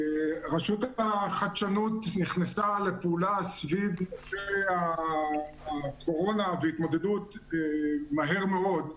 רשות החדשנות נכנסה לפעולה סביב הקורונה ולהתמודדות מהר מאוד,